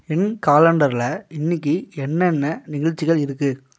என் காலண்டரில் இன்னைக்கி என்னென்ன நிகழ்ச்சிகள் இருக்குது